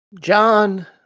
John